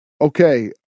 Okay